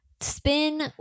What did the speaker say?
Spin